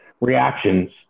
reactions